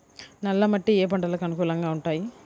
నల్ల మట్టి ఏ ఏ పంటలకు అనుకూలంగా ఉంటాయి?